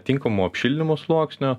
tinkamo apšildymo sluoksniu